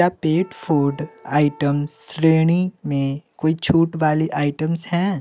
क्या pet food items श्रेणी में कोई छूट वाली आइटम्स हैं